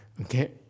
Okay